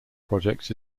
projects